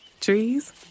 Trees